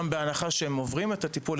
בהנחה שהם עוברים את הטיפול,